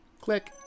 Click